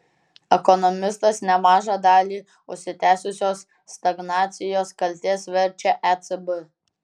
ekonomistas nemažą dalį užsitęsusios stagnacijos kaltės verčia ecb